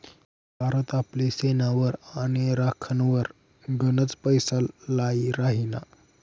भारत आपली सेनावर आणि राखनवर गनच पैसा लाई राहिना